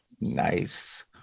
Nice